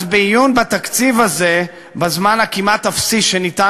אז מעיון בתקציב הזה בזמן הכמעט-אפסי שניתן